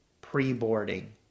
pre-boarding